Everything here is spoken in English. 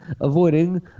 avoiding